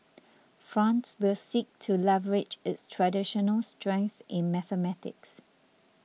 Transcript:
France will seek to leverage its traditional strength in mathematics